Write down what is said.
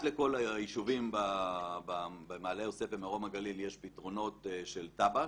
לכל היישובים במעלה יוסף ובמרום הגליל יש פתרונות של תב"ע,